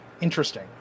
Interesting